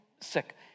sick